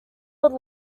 would